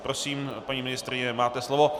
Prosím, paní ministryně, máte slovo.